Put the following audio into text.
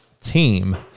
team